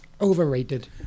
overrated